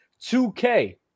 2K